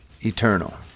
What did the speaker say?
eternal